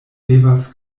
devas